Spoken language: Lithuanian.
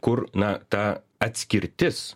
kur na ta atskirtis